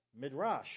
Midrash